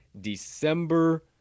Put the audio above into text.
December